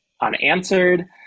unanswered